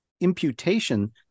imputation